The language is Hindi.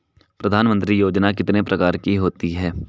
प्रधानमंत्री योजना कितने प्रकार की होती है?